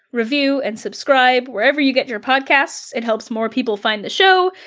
review, and subscribe wherever you get your podcasts. it helps more people find the show,